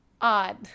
odd